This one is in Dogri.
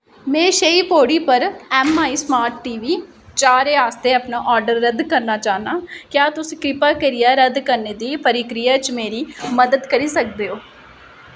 में शैह्री पौड़ी पर M I smart T V चारें आस्तै अपना आर्डर रद्द करना चाह्न्नां क्या तुस कृपा करियै रद्द करने दी प्रक्रिया च मेरी मदद करी सकदे ओ